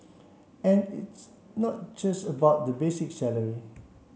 and it's not just about the basic salary